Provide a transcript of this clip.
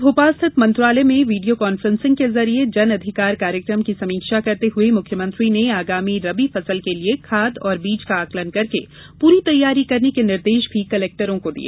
कल भोपाल स्थित मंत्रालय में वीडियो कॉन्फ्रेंसिंग के जरिये जन अधिकार कार्यक्रम की समीक्षा करते हुए मुख्यमंत्री ने आगामी रबी फसल के लिए खाद और बीज का आकलन करके पूरी तैयारी करने के निर्देश भी कलेक्टर्स को दिए